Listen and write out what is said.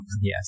Yes